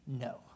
no